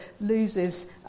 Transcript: loses